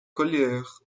couleur